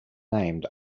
named